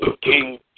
King